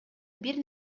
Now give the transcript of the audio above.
бир